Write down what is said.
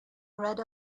read